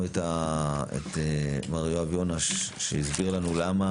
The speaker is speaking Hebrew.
הזאת, למה